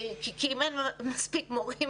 כי אם אין מספיק מורים,